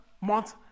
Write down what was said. month